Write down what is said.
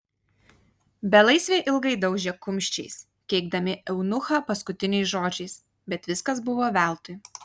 belaisviai ilgai daužė kumščiais keikdami eunuchą paskutiniais žodžiais bet viskas buvo veltui